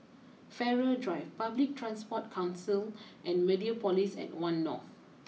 Farrer Drive Public Transport Council and Mediapolis at one North